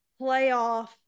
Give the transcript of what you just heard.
playoff